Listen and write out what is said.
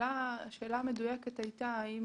השאלה המדויקת הייתה - האם